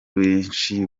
benshi